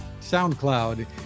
SoundCloud